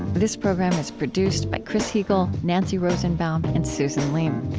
this program is produced by chris heagle, nancy rosenbaum, and susan leem.